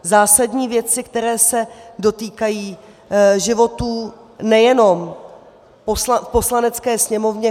Zásadní věci, které se dotýkají životů nejenom kolegů v Poslanecké sněmovně.